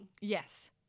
Yes